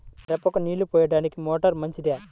మిరపకు నీళ్ళు పోయడానికి మోటారు మంచిదా?